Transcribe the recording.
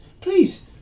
please